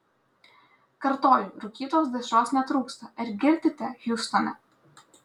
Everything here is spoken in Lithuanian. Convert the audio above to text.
kartoju rūkytos dešros netrūksta ar girdite hjustone